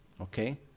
Okay